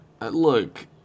Look